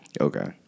Okay